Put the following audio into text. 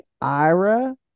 ira